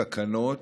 תקנות